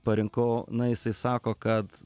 parinkau na jisai sako kad